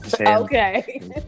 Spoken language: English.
Okay